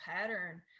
pattern